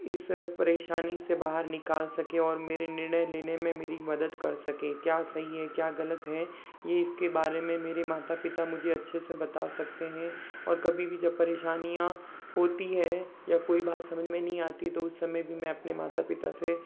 इस परेशानी से बाहर निकाल सके और मेरे निर्णय लेने में मेरी मदद कर सके क्या सही है क्या गलत है ये इसके बारे में मेरे माता पिता मुझे अच्छे से बता सकते हैं और कभी भी जब परेशानियाँ होती है या कोई बात समझ में नहीं आती तो उस समय भी मैं अपने माता पिता से